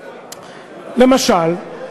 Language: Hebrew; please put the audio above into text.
למשל,